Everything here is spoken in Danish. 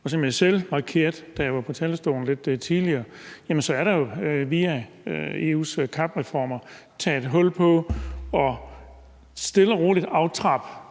Som jeg selv markerede, da jeg var på talerstolen lidt tidligere, er der jo via EU's CAP-reformer taget hul på stille og roligt at